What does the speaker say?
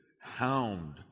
hound